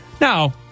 Now